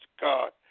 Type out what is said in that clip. God